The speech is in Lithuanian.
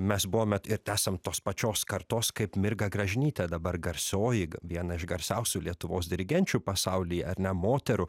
mes buvome ir tesam tos pačios kartos kaip mirga gražinytė dabar garsioji viena iš garsiausių lietuvos dirigenčių pasaulyje ar ne moterų